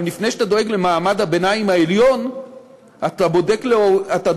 אבל לפני שאתה דואג למעמד הביניים העליון אתה דואג